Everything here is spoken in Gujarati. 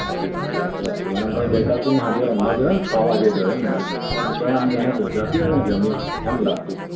સાચી વાત છે સાચી વાત છે મેડમ પણ ગઈકાલે તો હુ સાંજે રમવા ગયો ને છ વાગ્યે ગયો મેડમ પણ તોય આમ જાણે દઝાતી હોય ને જમીન એમ લાગતું હતું